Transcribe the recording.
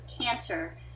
cancer